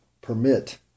Permit